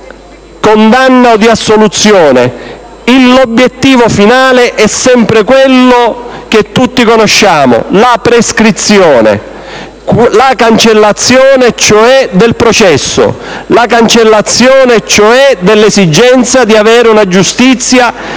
condanna o di assoluzione che sia. L'obiettivo finale è sempre quello che tutti conosciamo, la prescrizione, la cancellazione cioè del processo, dell'esigenza di avere una giustizia